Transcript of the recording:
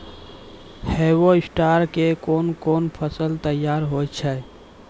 Harvester के कोन कोन फसल तैयार होय छै?